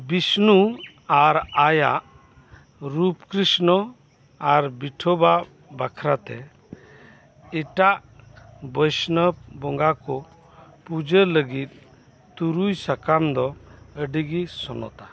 ᱵᱤᱥᱱᱩ ᱟᱨ ᱟᱭᱟᱜ ᱨᱩᱯᱠᱨᱤᱥᱱᱚ ᱟᱨ ᱵᱤᱴᱷᱚᱵᱟ ᱵᱟᱠᱷᱨᱟᱛᱮ ᱮᱴᱟᱜ ᱵᱚᱭᱥᱱᱚᱵᱽ ᱵᱚᱸᱜᱟ ᱠᱚ ᱯᱩᱡᱟᱹ ᱞᱟᱹᱜᱤᱫ ᱛᱩᱨᱩᱭ ᱥᱟᱠᱟᱢ ᱫᱚ ᱟᱹᱰᱤᱜᱮ ᱥᱚᱱᱚᱛᱟ